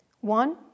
One